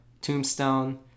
Tombstone